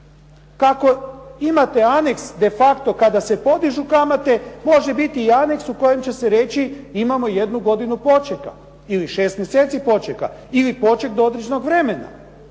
Kako imate aneks de facto kada se podižu kamate, može biti aneks u kojem će se reći imamo jednu godinu počeka ili 6 mjeseci počeka, ili poček do određenog vremena.